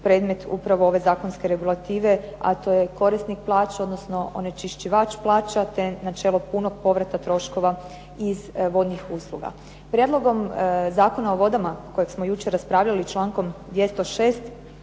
predmet upravo ove zakonske regulative, a to je korisnik plaća, odnosno onečišćivač plaća, te načelo punog povrata troškova iz vodnih usluga. Prijedlogom Zakona o vodama kojeg smo jučer raspravljali člankom 206.